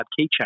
Keychain